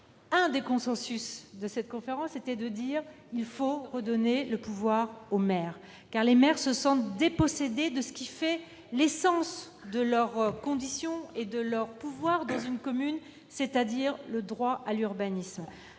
l'un des consensus consistait à dire qu'il fallait redonner le pouvoir aux maires, car les maires se sentent dépossédés de ce qui fait l'essence de leur condition et de leur pouvoir dans une commune, c'est-à-dire le droit de l'urbanisme.